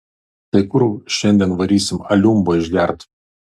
tai kur šiandien varysim aliumbo išgert